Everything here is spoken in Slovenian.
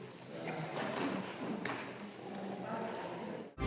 Hvala.